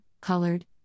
colored